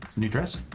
new dress?